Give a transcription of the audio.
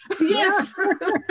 Yes